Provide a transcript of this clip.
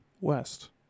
west